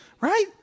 right